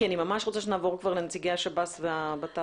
כי אני ממש רוצה שנעבור לנציגי השב"ס והבט"פ.